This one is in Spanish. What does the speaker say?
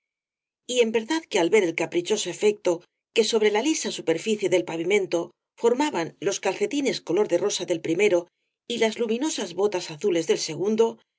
y en verdad que ai ver el caprichoso efecto que sobre la lisa superficie del pavimento formaban los calcetines color de rosa del primero y las luminosas botas azules del segundo